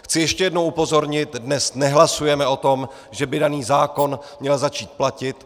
Chci ještě jednou upozornit dnes nehlasujeme o tom, že by daný zákon měl začít platit.